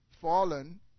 fallen